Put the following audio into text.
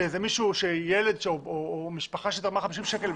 שזה ילד או משפחה שתרמה 50 שקל,